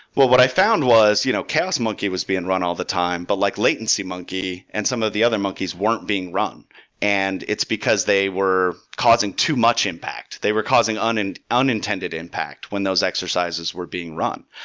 what what i found was you know chaos monkey was being run all the time, but like latency monkey and some of the other monkeys weren't being run and it's because they were causing too much impact. they were causing and unintended impact when those exercises were being run.